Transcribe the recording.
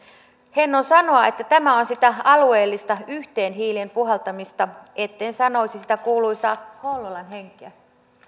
hennon sanoa että tämä on sitä alueellista yhteen hiileen puhaltamista etten sanoisi sitä kuuluisaa hollolan henkeä